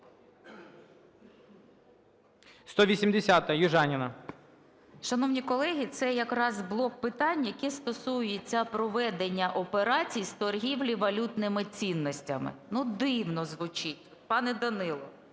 Шановні колеги, це якраз блок питань, який стосується проведення операцій з торгівлі валютними цінностями. Ну, дивно звучить, пане Данило,